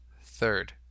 third